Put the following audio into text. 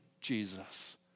Jesus